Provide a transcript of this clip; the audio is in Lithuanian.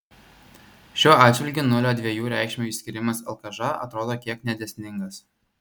šiuo atžvilgiu nulio dviejų reikšmių išskyrimas lkž atrodo kiek nedėsningas